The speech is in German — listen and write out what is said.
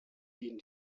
gehen